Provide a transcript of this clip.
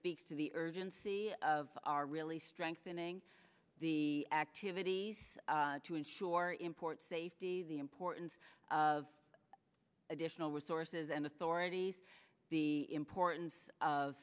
speaks to the urgency of our really strengthening the activities to ensure import safety the importance of additional resources and authorities the importance of